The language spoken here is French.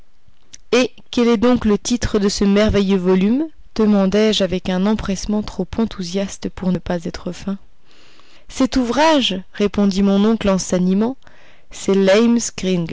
et quel est donc le titre de ce merveilleux volume demandai-je avec un empressement trop enthousiaste pour n'être pas feint cet ouvrage répondit mon oncle en s'animant c'est